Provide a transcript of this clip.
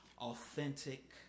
authentic